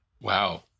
Wow